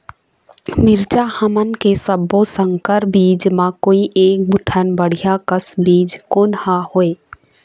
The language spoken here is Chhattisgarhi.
मिरचा हमन के सब्बो संकर बीज म कोई एक ठन बढ़िया कस बीज कोन हर होए?